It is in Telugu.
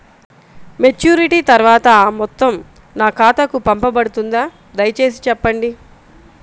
మెచ్యూరిటీ తర్వాత ఆ మొత్తం నా ఖాతాకు పంపబడుతుందా? దయచేసి చెప్పండి?